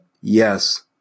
Yes